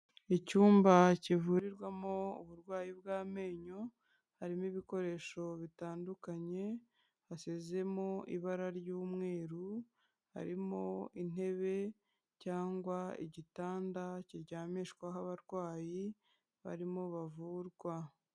Icyumba kivurirwamo uburwayi bw'amenyo harimo ibikoresho bitandukanye, hasizemo ibara ry'umweru, harimo intebe cyangwa igitanda kiryamishwaho abarwayi barimo bavurwa.